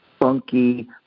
funky